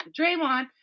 Draymond